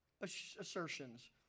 assertions